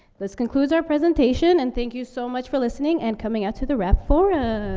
this concludes our presentation, and thank you so much for listening and coming out to the rapp forum.